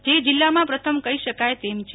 જે જીલ્લામાં પ્રથમ કહી શકાય તેમ છે